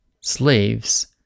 slaves